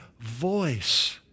voice